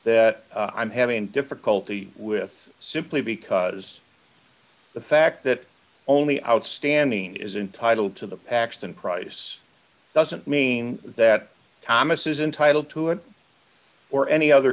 that i'm having difficulty with simply because the fact that only outstanding is entitled to the paxton price doesn't mean that thomas is entitled to it or any other